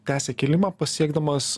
tęsia kilimą pasiekdamas